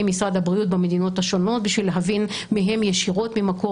משרד הבריאות במדינות השונות בשביל להבין מהם ישירות ממקור